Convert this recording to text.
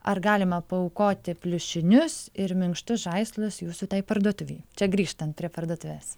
ar galima paaukoti pliušinius ir minkštus žaislus jūsų tai parduotuvei čia grįžtant prie parduotuvės